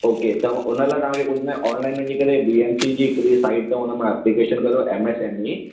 okay त हुन लाइ तव्हांखे कुझु नाहे ऑनलाइन वञी करे बी एम सी जी हिकिड़ी साइट अथव हुन मां एपलिकेशन करो एम एस एम ई